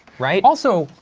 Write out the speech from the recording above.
right? also,